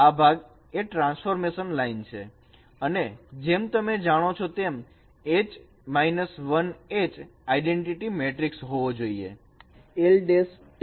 આ ભાગ એ ટ્રાન્સફોર્મ લાઈન છે અને જેમ તમે જાણો છો તેમ H 1 H આઇડેન્ટિટી મેટ્રિક્સ હોવો જોઈએ